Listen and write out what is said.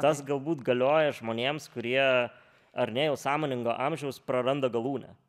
tas galbūt galioja žmonėms kurie ar ne jau sąmoningo amžiaus praranda galūnę